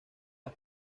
las